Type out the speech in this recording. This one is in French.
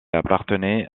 appartenait